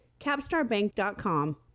CapstarBank.com